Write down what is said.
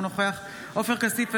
אינו נוכח עופר כסיף,